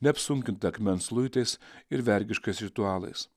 neapsunkintą akmens luitais ir vergiškais ritualais